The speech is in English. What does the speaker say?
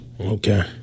Okay